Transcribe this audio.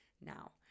now